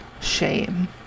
shame